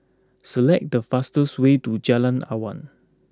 select the fastest way to Jalan Awan